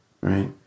Right